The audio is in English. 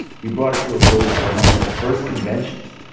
he brought it to a vote at one of their first conventions.